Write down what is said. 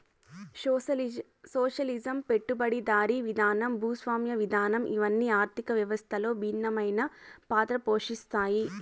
socialism పెట్టుబడిదారీ విధానం భూస్వామ్య విధానం ఇవన్ని ఆర్థిక వ్యవస్థలో భిన్నమైన పాత్ర పోషిత్తాయి